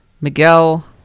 Miguel